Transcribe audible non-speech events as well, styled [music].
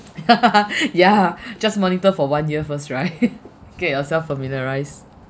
[laughs] yeah just monitor for one year first right [laughs] get yourself familiarize